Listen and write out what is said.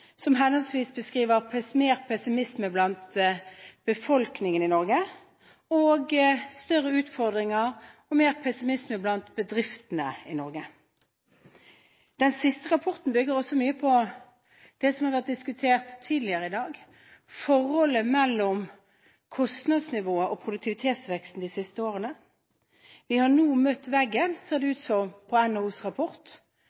som henholdsvis beskriver mer pessimisme blant befolkningen i Norge og større utfordringer og mer pessimisme blant bedriftene i Norge. Den siste rapporten bygger også mye på det som har vært diskutert tidligere i dag, forholdet mellom kostnadsnivået og produktivitetsveksten de siste årene. Vi har nå møtt veggen, ser det